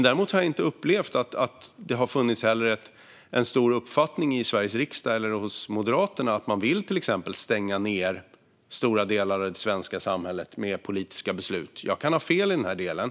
Däremot har jag inte upplevt att det har funnits en uppfattning i Sveriges riksdag eller hos Moderaterna att man vill stänga ned stora delar av det svenska samhället med politiska beslut. Jag kan ha fel i den delen.